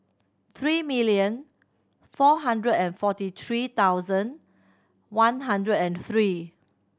three million four hundred and forty three thousand one hundred and three